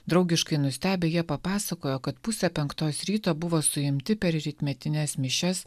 draugiškai nustebę jie papasakojo kad pusę penktos ryto buvo suimti per rytmetines mišias